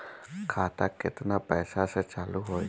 खाता केतना पैसा से चालु होई?